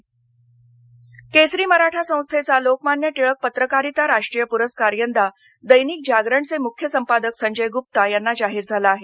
पुरस्कार केसरी मराठा संस्थेचा लोकमान्य टिळक पत्रकारिता राष्ट्रीय पुरस्कारा यदा दैनिक जागरणचे मुख्य संपादक संजय गुप्ता यांना जाहीर झाला आहे